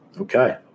Okay